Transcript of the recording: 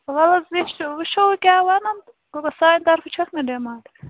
وَلہٕ حظ وُِچھ وُچھو کیٛاہ وَنَن تہٕ وۅنۍ گوٚو سانہِ طرفہٕ چھَکھ نہٕ ڈِمانٛڈ